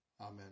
Amen